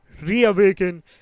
reawaken